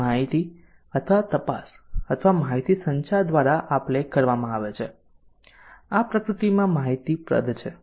અહી માહિતી અથવા તપાસ અથવા માહિતીસંચાર દ્વારા આપ લે કરવામાં આવે છે આ પ્રકૃતિમાં માહિતીપ્રદ છે